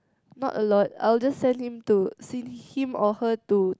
not a lot I'll just sent him to think him or her to